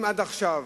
אם עד עכשיו